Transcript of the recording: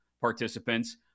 participants